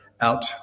out